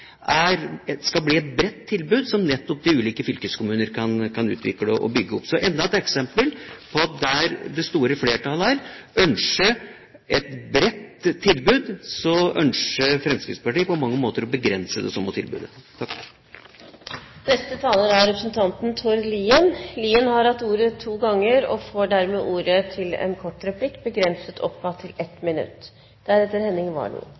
er enda et eksempel på at der det store flertallet ønsker et bredt tilbud, ønsker Fremskrittspartiet på mange måter å begrense det samme tilbudet. Representanten Tord Lien har hatt ordet to ganger tidligere og får ordet til en kort merknad, begrenset til